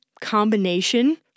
combination